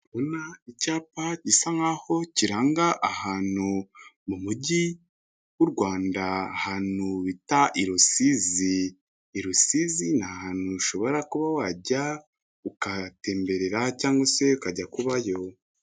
Ndabona icyapa gisa nkaho kiranga ahantu mu mujyi wu Rwanda, ahantu bita i Rusizi, i Rusizi ni ahantu ushobora kuba wajya ukahatemberera cyangwa se ukajya kubayo.